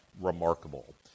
remarkable